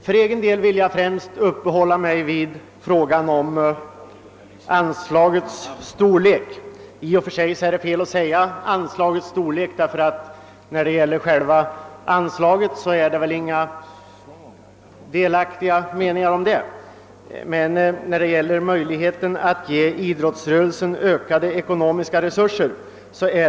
För egen del vill jag främst uppehålla mig vid frågan om anslagets storlek. I och för sig är det kanske fel att säga anslagets storlek, eftersom det inte råder några delade meningar om denna. Däremot råder delade meningar om möjligheten att ge idrottsrörelsen ökade ekonomiska resurser.